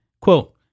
quote